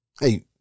Hey